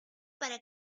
para